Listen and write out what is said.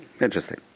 interesting